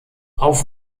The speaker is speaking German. auf